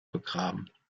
begraben